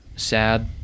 sad